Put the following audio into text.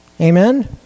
Amen